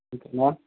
okay ma'am